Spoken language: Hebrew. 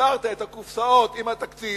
כשחיברת את הקופסאות עם התקציב,